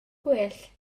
gwell